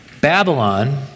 Babylon